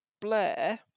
Blair